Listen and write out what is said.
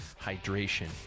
hydration